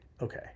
okay